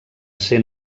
ser